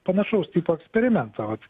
panašaus tipo eksperimentą vat